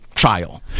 trial